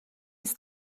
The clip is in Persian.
است